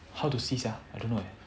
how to see sia I don't know eh